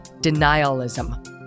denialism